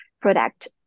product